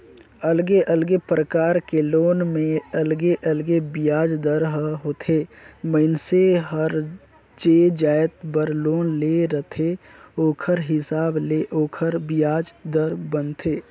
अलगे अलगे परकार के लोन में अलगे अलगे बियाज दर ह होथे, मइनसे हर जे जाएत बर लोन ले रहथे ओखर हिसाब ले ओखर बियाज दर बनथे